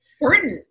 Important